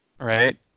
right